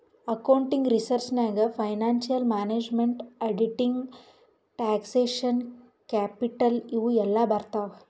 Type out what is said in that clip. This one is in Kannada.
ಅಕೌಂಟಿಂಗ್ ರಿಸರ್ಚ್ ನಾಗ್ financial management, auditing, taxation, capital ಇವು ಎಲ್ಲಾ ಬರ್ತಾವ್